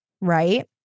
right